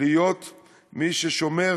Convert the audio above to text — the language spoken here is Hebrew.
להיות מי ששומר,